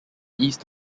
east